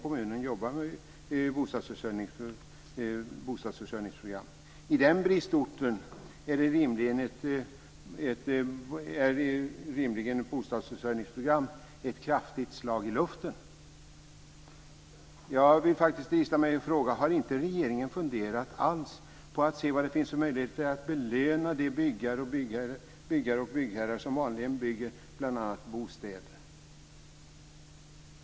På den bristorten är rimligen ett bostadsförsörjningsprogram ett kraftigt slag i luften. Jag vill faktiskt drista mig att fråga om inte regeringen alls har funderat på vad det finns för möjligheter att belöna de byggare och byggherrar som vanligen bygger bl.a. bostäder.